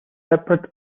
separate